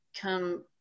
come